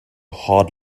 hard